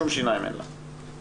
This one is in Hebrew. שום שיניים אין לה.